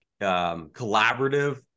collaborative